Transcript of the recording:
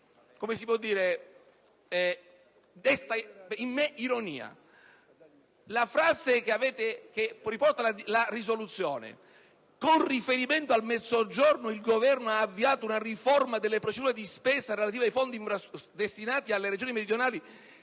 Mezzogiorno desta in me ironia. La frase che essa riporta: «con riferimento al Mezzogiorno, il Governo ha avviato una riforma delle procedure di spesa relative ai fondi destinati alle regioni meridionali,